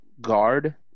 guard